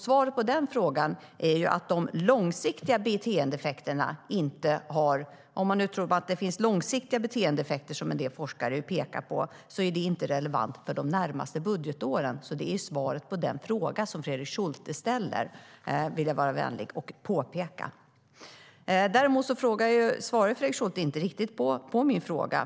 Svaret på den frågan, om man nu tror på att det finns långsiktiga beteendeeffekter, är att de långsiktiga beteendeeffekter som en del forskare pekar på inte är relevanta för de närmaste budgetåren. Det är svaret på den fråga som Fredrik Schulte ställer, vill jag vänligt påpeka. Däremot svarar Fredrik Schulte inte riktigt på min fråga.